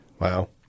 Wow